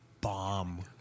bomb